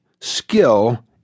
skill